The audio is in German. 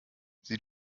sie